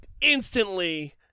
instantly